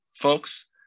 folks